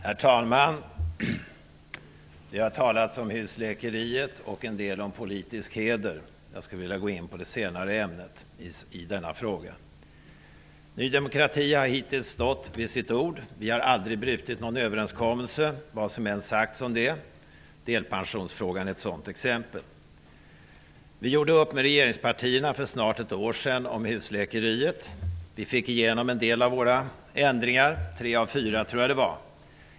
Herr talman! Vi har talat om husläkeriet och en del om politisk heder. Jag skulle i detta ärende vilja gå in på det senare ämnet. Ny demokrati har hittills stått vid sitt ord. Vi har aldrig brutit någon överenskommelse, vad som än sagts om det. Delpensionsfrågan är ett sådant exempel. Vi gjorde upp med regeringspartierna för snart ett år sedan om husläkeriet. Vi fick igenom en del av våra ändringsförslag -- jag tror det var tre av fyra.